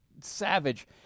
savage